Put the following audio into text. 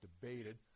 debated